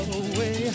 away